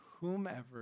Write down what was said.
whomever